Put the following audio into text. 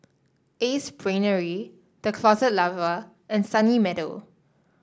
Ace Brainery The Closet Lover and Sunny Meadow